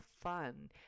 fun